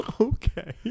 okay